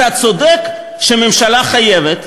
אתה צודק שהממשלה חייבת,